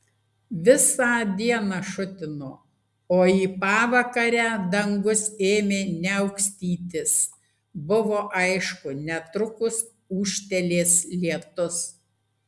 visą dieną šutino o į pavakarę dangus ėmė niaukstytis buvo aišku netrukus ūžtelės lietus